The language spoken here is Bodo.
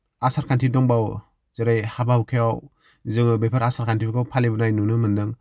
आसार खान्थि दंबावो जेरै हाबा हुखायाव जोङो बेफोर आसार खान्थिफोरखौ फालिबोनाय नुनो मोन्दों